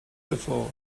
before